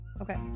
Okay